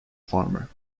farmer